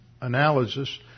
analysis